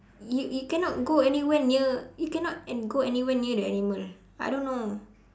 you you cannot go anywhere near you cannot and go anywhere near the animal I don't know